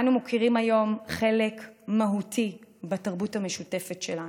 אנו מוקירים היום חלק מהותי בתרבות המשותפת שלנו.